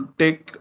take